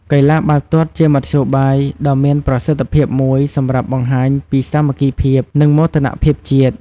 កីឡាបាល់ទាត់ជាមធ្យោបាយដ៏មានប្រសិទ្ធភាពមួយសម្រាប់បង្ហាញពីសាមគ្គីភាព និងមោទនភាពជាតិ។